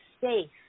safe